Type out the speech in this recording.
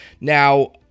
Now